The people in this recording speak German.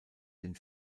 den